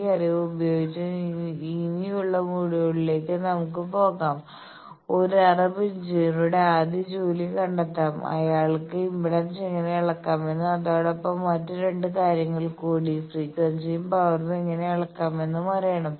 ഈ അറിവ് ഉപയോഗിച്ച് ഇനിയുള്ള മൊഡ്യൂളുകളിലേക്ക് നമുക്ക് പോകാം ഒരു അറബ് എഞ്ചിനീയറുടെ ആദ്യ ജോലി കണ്ടെത്താം അയാൾക്ക് ഇംപെഡൻസ് എങ്ങനെ അളക്കാമെന്നും അതോടൊപ്പം മറ്റ് 2 കാര്യങ്ങൾ കൂടി ഫ്രീക്വൻസിയും പവറും എങ്ങനെ അളക്കാമെന്നും അറിയണം